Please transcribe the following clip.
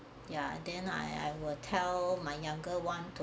ya then I I will tell my younger one to~